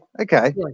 okay